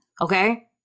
okay